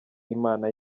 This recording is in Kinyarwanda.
imana